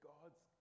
God's